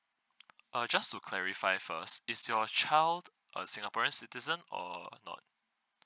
uh just to clarify first is your child uh singaporeans citizen or not